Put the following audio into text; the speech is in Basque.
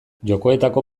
jokoetako